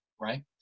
right